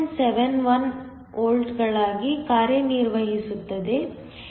71 ವೋಲ್ಟ್ಗಳಾಗಿ ಕಾರ್ಯನಿರ್ವಹಿಸುತ್ತದೆ